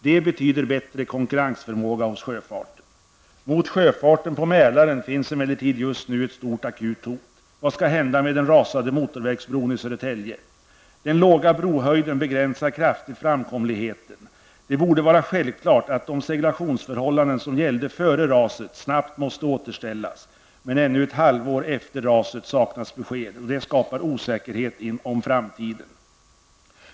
Det betyder bättre konkurrensförmåga hos sjöfarten. Mot sjöfarten på Mälaren finns emellertid just nu ett stort akut hot: Vad skall hända med den rasade motorvägsbron i Södertälje? Den låga brohöjden begränsar kraftigt framkomligheten. Det borde vara självklart att de seglationsförhållanden som gällde före raset snabbt återställs. Men ännu ett halvår efter raset saknas besked. Det skapar osäkerhet om framtiden.